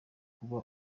kuba